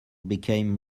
became